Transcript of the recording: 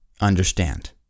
understand